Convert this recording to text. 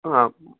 आम्